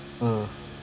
ah